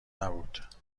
نبود